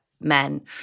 men